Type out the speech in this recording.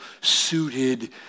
suited